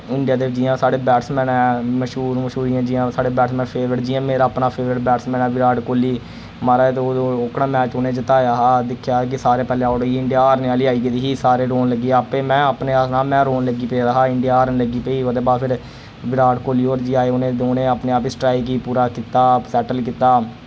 India दे जि'यां साढ़े बैट्समैन ऐ मश्हूर मश्हूर इयां जि'यां साढ़े बैट्समैन फेवरेट जि'यां मराज दो दो ओह्कड़ा मैच उ'नें जिताया हा दिक्खेआ हा कि सारे पैह्ले आउट होइये इंडिया हारने आह्ली आई गेदी ही सारे रोन लगी गे आप्पे मैं अपने हा सनां मैं रोन लग्गी पेदा हा इंडिया हारन लग्गी पेई ही ओह्दे बाद फिर विराट कोहली होर जी आए उ'नें दौनें अपने आप ही स्ट्राइक गी पूरा कीत्ता सैटल कीत्ता